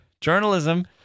journalism